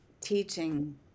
teaching